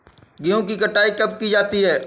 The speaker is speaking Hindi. गेहूँ की कटाई कब की जाती है?